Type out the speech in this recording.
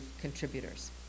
contributors